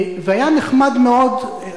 היה נחמד מאוד,